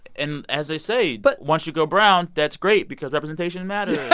and as they say. but. once you go brown, that's great because representation matters